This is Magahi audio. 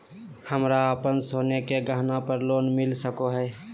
हमरा अप्पन सोने के गहनबा पर लोन मिल सको हइ?